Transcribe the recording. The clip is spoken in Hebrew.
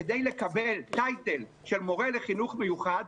כדי לקבל תואר של מורה לחינוך מיוחד,